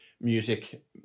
music